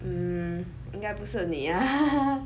嗯应该不是你啊